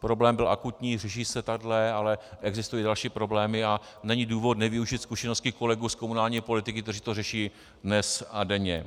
problém byl akutní, řeší se takhle, ale existují další problémy a není důvod nevyužít zkušenosti kolegů z komunální politiky, kteří to řeší dnes a denně.